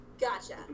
Gotcha